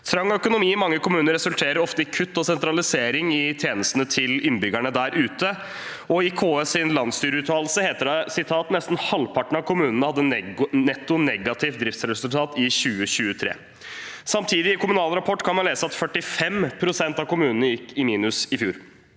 Trang økonomi i mange kommuner resulterer ofte i kutt og sentralisering i tjenestene til innbyggerne der ute, og i KS’ landsstyreuttalelse heter det at nesten halvparten av kommunene hadde netto negativt driftsresultat i 2023. Samtidig kan man i Kommunal Rapport lese at 45 pst. av kommunene gikk i minus i fjor.